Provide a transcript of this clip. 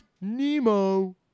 Nemo